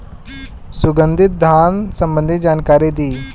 सुगंधित धान संबंधित जानकारी दी?